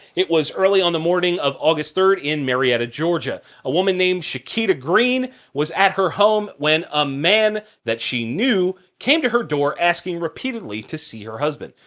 it was early on the morning of august third in marietta georgia. a woman named shaquita green was at her home when a man that she knew came to the door asking repeatedly to see her husband,